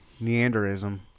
Neanderism